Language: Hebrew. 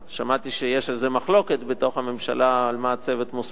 שמעתי שיש מחלוקת בתוך הממשלה על מה הצוות מוסמך